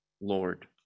Lord